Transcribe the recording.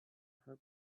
her